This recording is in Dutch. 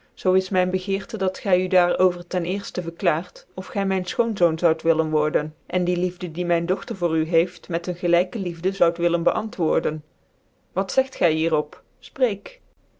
zoo is myn begeerte dat gyudaar over ten certten verklaart of gy myn schoonzoon zoud willen worden en die liefde die myn dogtcr voor u heeft met ccn gelijke liefde zoud willen beantwoorden wat zegt gy hier